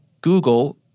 Google—